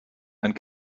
and